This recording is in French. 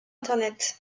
internet